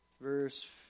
verse